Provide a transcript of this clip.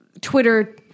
Twitter